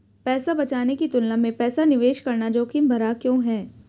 पैसा बचाने की तुलना में पैसा निवेश करना जोखिम भरा क्यों है?